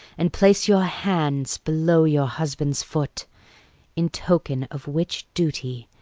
and place your hands below your husband's foot in token of which duty,